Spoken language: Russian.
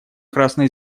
красной